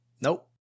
Nope